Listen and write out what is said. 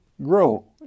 grow